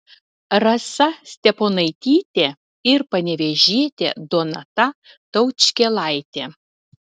rasa steponaitytė ir panevėžietė donata taučkėlaitė